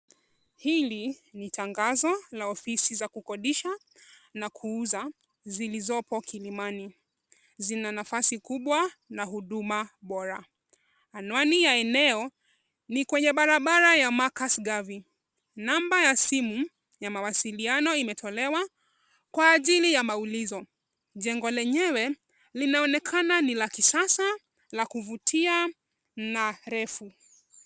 Hili ni tangazo la ofisi za kukodisha na kuuza zilizopo Kilimani . Zina nafasi kubwa na huduma bora. Anwani ya eneo ni kwenye barabara ya Marcus Garvey . Namba ya simu ya mawasiliano imetolewa kwa ajili ya maulizo. Jengo lenyewe linaonekana ni la kisasa, la kuvutia na refu.